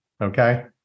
okay